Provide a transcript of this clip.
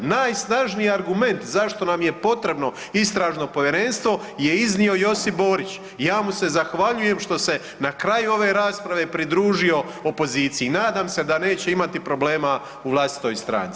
Najsnažniji argument zašto nam je potrebno istražno povjerenstvo je iznio Josip Borić i ja mu se zahvaljujem što se na kraju ove rasprave pridružio opoziciji i nadam se da neće imati problema u vlastitoj stranci.